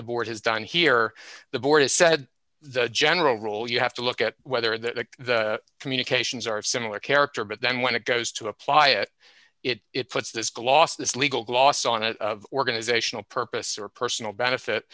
the board has done here the board has said the general rule you have to look at whether the communications are of similar character but then when it goes to apply it it puts this gloss this legal gloss on it of organizational purpose or personal benefit